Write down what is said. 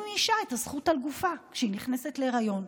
מאישה את הזכות על גופה כשהיא נכנסת להיריון?